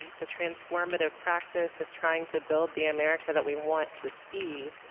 the transformative practice of trying to build the america that we want to see,